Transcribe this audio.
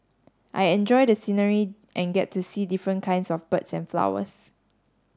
I enjoy the scenery and get to see different kinds of birds and flowers